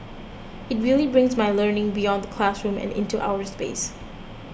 it really brings my learning beyond the classroom and into outer space